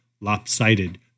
lopsided